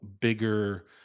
bigger